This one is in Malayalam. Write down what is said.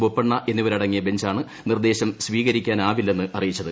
ബൊപ്പണ്ണ എന്നിവരടങ്ങിയ ബഞ്ചാണ് നിർദ്ദേശം സ്വീകരിക്കാനാവില്ലെന്ന് അറിയിച്ചത്